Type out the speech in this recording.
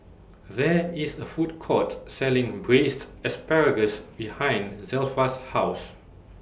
There IS A Food Court Selling Braised Asparagus behind Zelpha's House